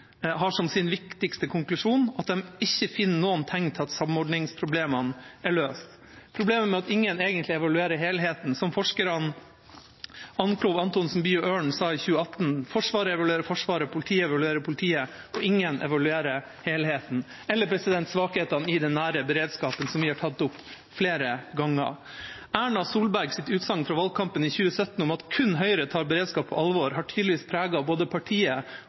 har som sin viktigste konklusjon at de ikke finner noen tegn til at samordningsproblemene er løst. Problemet er at ingen egentlig evaluerer helheten. Som forskerne Almklov, Antonsen, Bye og Øren sa i 2018: Forsvaret evaluerer Forsvaret, politiet evaluerer politiet, og ingen evaluerer helheten. Eller hva med svakhetene i den nære beredskapen, som vi har tatt opp flere ganger? Erna Solbergs utsagn fra valgkampen i 2017 om at kun Høyre tar beredskap på alvor, har tydeligvis preget både partiet